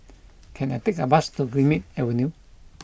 can I take a bus to Greenmead Avenue